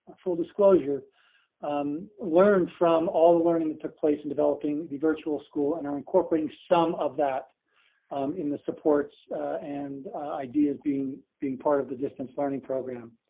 full disclosure learn from all the learning that took place in developing the virtual school and are incorporating some of that in the supports and ideas being being part of the distance learning program.